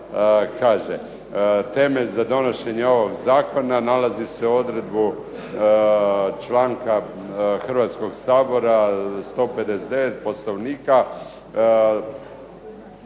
Temelj za donošenje ovog zakona nalazi se u odredbi članka Hrvatskog sabora 159. Poslovnika